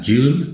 June